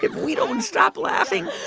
ah but we don't stop laughing.